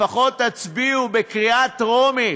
לפחות תצביעו בקריאה טרומית,